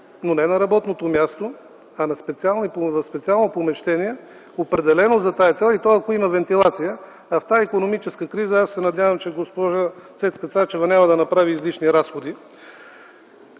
но не на работното място, а в специално помещение определено за тази цел и то ако има вентилация. В тази икономическа криза аз се надявам, че госпожа Цецка Цачева няма да направи излишни разходи.